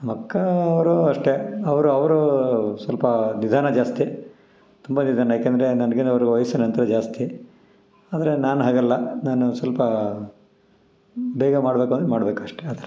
ನಮ್ಮಅಕ್ಕ ಅವರು ಅಷ್ಟೇ ಅವರು ಅವರು ಸ್ವಲ್ಪ ನಿಧಾನ ಜಾಸ್ತಿ ತುಂಬ ನಿಧಾನ ಯಾಕಂದರೆ ನನ್ಗಿನ ಅವರು ವಯಸ್ಸಿನ ಅಂತರ ಜಾಸ್ತಿ ಆದರೆ ನಾನು ಹಾಗಲ್ಲ ನಾನು ಸ್ವಲ್ಪ ಬೇಗ ಮಾಡಬೇಕು ಅಂದರೆ ಮಾಡಬೇಕಷ್ಟೇ ಆ ಥರ